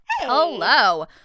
Hello